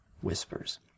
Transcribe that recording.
whispers